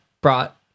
brought